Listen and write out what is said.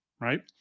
right